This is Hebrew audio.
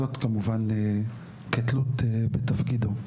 זאת כמובן כתלות בתפקידו,